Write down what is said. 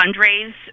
fundraise